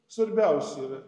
svarbiausi yra